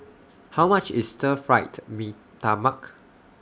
How much IS Stir Fry Mee Tai Mak